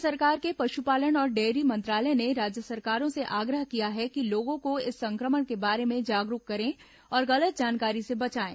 केन्द्र सरकार के पशुपालन और डेयरी मंत्रालय ने राज्य सरकारों से आग्रह किया है कि लोगों को इस संक्रमण के बारे में जागरूक करें और गलत जानकारी से बचाएं